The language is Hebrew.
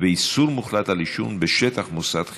ואיסור מוחלט על עישון בשטח מוסד חינוכי.